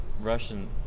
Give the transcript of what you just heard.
Russian